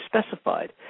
specified